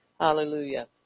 Hallelujah